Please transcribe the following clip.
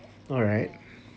all right